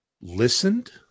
listened